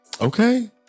Okay